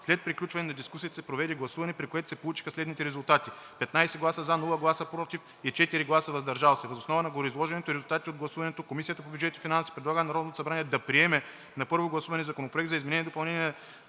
След приключване на дискусията се проведе гласуване, при което се получиха следните резултати: 15 гласа „за“, без „против“ и 4 гласа „въздържал се“. Въз основа на гореизложеното и резултатите от гласуването Комисията по бюджет и финанси предлага на Народното събрание да приеме на първо гласуване Законопроект за изменение и допълнение на